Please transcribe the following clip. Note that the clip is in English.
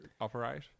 operate